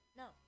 no